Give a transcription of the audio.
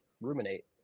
ruminate